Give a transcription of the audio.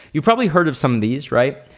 you've probably heard of some of these, right?